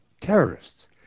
terrorists